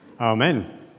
Amen